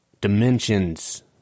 Dimensions